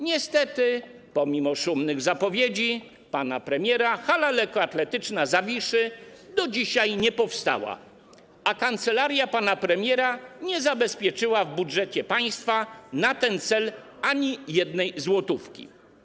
Niestety pomimo szumnych zapowiedzi pana premiera hala lekkoatletyczna Zawiszy do dzisiaj nie powstała, a kancelaria pana premiera nie zabezpieczyła w budżecie państwa na ten cel ani jednej złotówki.